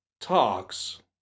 talks